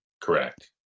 correct